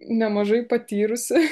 nemažai patyrusi